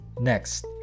Next